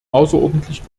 außerordentlich